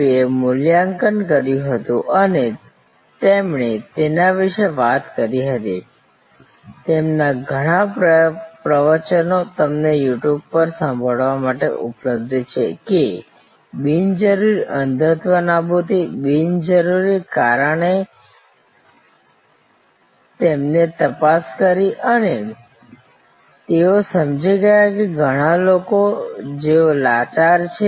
વી એ મૂલ્યાંકન કર્યું હતું અને તેમણે તેના વિશે વાત કરી હતી તેમના ઘણા પ્રવચનો તમને યૂ ટ્યૂબ પર સાંભળવા માટે ઉપલબ્ધ છે કે બિનજરૂરી અંધત્વ નાબૂદી બિનજરૂરી કારણ કે તેમણે તપાસ કરી અને તેઓ સમજી ગયા કે ઘણા લોકો જેઓ લાચાર છે